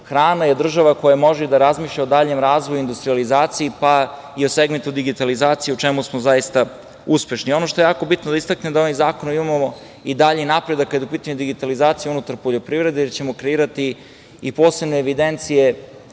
hrana, je država koja može da razmišlja o daljem razvoju i industrijalizaciji, pa i o segmentu digitalizacije, u čemu smo zaista uspešni. Ono što je jako bitno da istaknem, da ovim zakonom imamo i dalji napredak kada je u pitanju digitalizacija unutar poljoprivrede, jer ćemo kreirati i posebne evidencije,